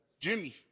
Jimmy